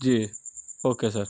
جی okay سر